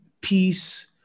peace